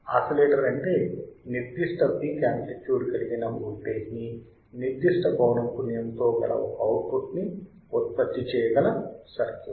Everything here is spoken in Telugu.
ఆసిలేటర్ అంటే నిర్దిష్ట పీక్ యాంప్లిట్యుడ్ కలిగిన వోల్టేజ్ ని నిర్దిష్ట పౌనఃపున్యముతో గల ఒక అవుట్పుట్ ని ఉత్పత్తి చేయగల సర్క్యూట్